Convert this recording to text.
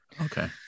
Okay